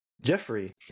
Jeffrey